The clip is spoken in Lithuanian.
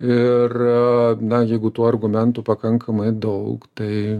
ir na jeigu tų argumentų pakankamai daug tai